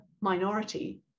minority